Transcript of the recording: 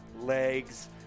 legs